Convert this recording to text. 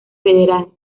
federal